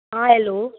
आं हॅलो